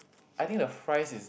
I think the fries is